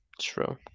True